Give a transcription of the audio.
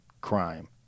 crime